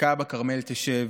וצדקה בכרמל תשב.